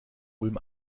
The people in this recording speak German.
ulm